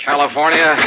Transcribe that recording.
California